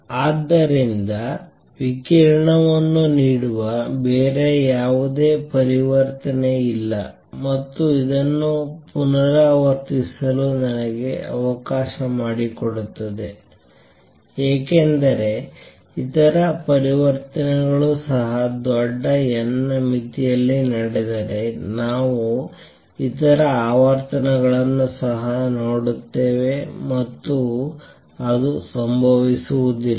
ಆದ್ದರಿಂದ ವಿಕಿರಣವನ್ನು ನೀಡುವ ಬೇರೆ ಯಾವುದೇ ಪರಿವರ್ತನೆ ಇಲ್ಲ ಮತ್ತು ಅದನ್ನು ಪುನರಾವರ್ತಿಸಲು ನನಗೆ ಅವಕಾಶ ಮಾಡಿಕೊಡುತ್ತದೆ ಏಕೆಂದರೆ ಇತರ ಪರಿವರ್ತನೆಗಳು ಸಹ ದೊಡ್ಡ n ಮಿತಿಯಲ್ಲಿ ನಡೆದರೆ ನಾವು ಇತರ ಆವರ್ತನಗಳನ್ನು ಸಹ ನೋಡುತ್ತೇವೆ ಮತ್ತು ಅದು ಸಂಭವಿಸುವುದಿಲ್ಲ